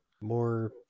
more